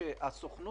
זה מחטף.